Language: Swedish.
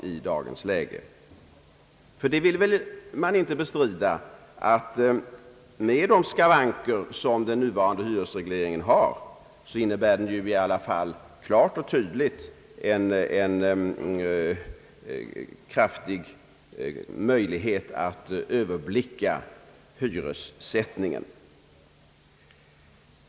Man vill väl inte bestrida att den nuvarande hyresregleringen med dess skavanker i alla fall klart och tydligt innebär en kraftig möjlighet att överblicka hyressättningen.